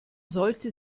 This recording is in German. sollte